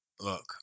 look